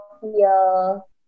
feel